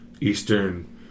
eastern